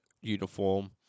uniform